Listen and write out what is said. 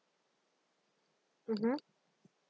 mmhmm